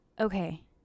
okay